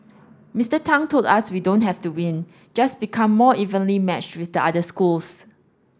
Mister Tang told us we don't have to win just become more evenly matched with the other schools